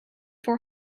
four